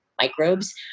microbes